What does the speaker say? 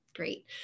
great